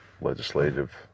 legislative